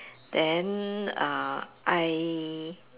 then uh I